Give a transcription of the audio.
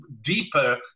deeper